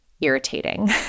irritating